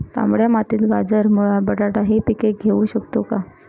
तांबड्या मातीत गाजर, मुळा, बटाटा हि पिके घेऊ शकतो का?